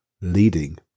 leading